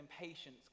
impatience